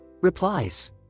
replies